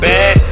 Bad